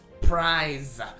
prize